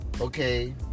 okay